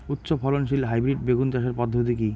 উচ্চ ফলনশীল হাইব্রিড বেগুন চাষের পদ্ধতি কী?